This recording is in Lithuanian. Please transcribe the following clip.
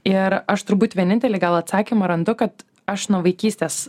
ir aš turbūt vienintelį gal atsakymą randu kad aš nuo vaikystės